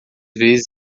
vezes